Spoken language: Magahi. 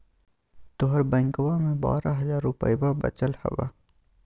तोहर बैंकवा मे बारह हज़ार रूपयवा वचल हवब